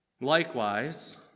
Likewise